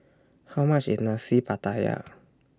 How much IS Nasi Pattaya